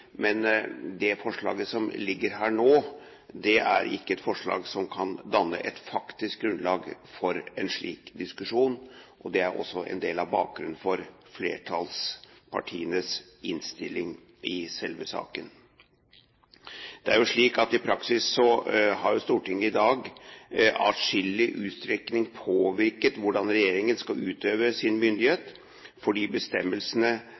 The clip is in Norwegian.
Men det forslaget som ligger her nå, er ikke et forslag som kan danne et faktisk grunnlag for en slik diskusjon. Det er også en del av bakgrunnen for flertallspartienes innstilling i selve saken. Det er jo slik i praksis at Stortinget i dag i atskillig utstrekning har påvirket hvordan regjeringen skal utøve sin myndighet, fordi bestemmelsene